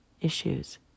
issues